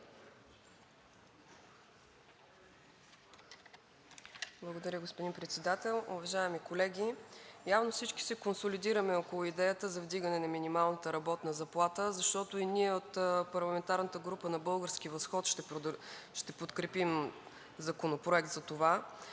Благодаря, господин Председател. Уважаеми колеги, явно всички се консолидираме около идеята за вдигане на минималната работна заплата, защото и ние от парламентарната група на „Български възход“ ще подкрепим Законопроект за това,